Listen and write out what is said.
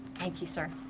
thank you sir.